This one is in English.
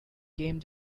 came